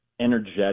energetic